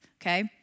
okay